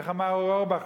איך אמר אורי אורבך,